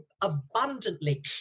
abundantly